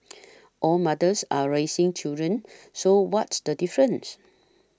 all mothers are raising children so what's the difference